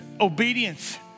obedience